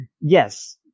Yes